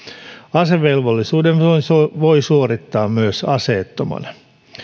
asevelvollisuuden voi suorittaa myös aseettomana